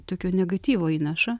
tokio negatyvo įneša